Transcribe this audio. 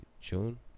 June